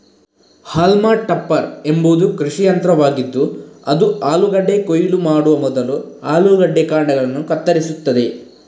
haulm topper ಎಂಬುದು ಕೃಷಿ ಯಂತ್ರವಾಗಿದ್ದು ಅದು ಆಲೂಗಡ್ಡೆ ಕೊಯ್ಲು ಮಾಡುವ ಮೊದಲು ಆಲೂಗಡ್ಡೆ ಕಾಂಡಗಳನ್ನು ಕತ್ತರಿಸುತ್ತದೆ